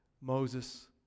Moses